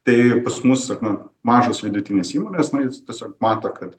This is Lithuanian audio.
tai pas mus na mažos vidutinės įmonės na jos tiesiog mato kad